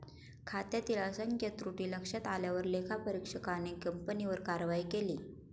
खात्यातील असंख्य त्रुटी लक्षात आल्यावर लेखापरीक्षकाने कंपनीवर कारवाई केली